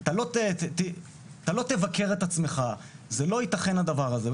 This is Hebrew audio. אתה לא תבקר את עצמך, זה לא ייתכן הדבר הזה.